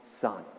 Son